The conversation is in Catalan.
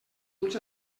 ulls